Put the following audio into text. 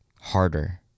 harder